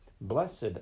Blessed